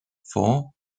for